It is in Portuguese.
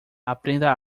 aprenda